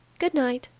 good night,